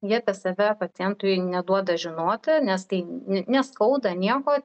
ji apie save pacientui neduoda žinoti nes tai ni neskauda nieko